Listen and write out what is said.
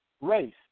race